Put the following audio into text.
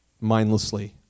Mindlessly